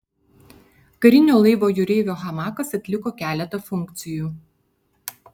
karinio laivo jūreivio hamakas atliko keletą funkcijų